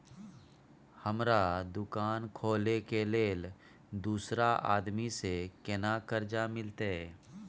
हमरा दुकान खोले के लेल दूसरा आदमी से केना कर्जा मिलते?